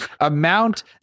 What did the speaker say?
amount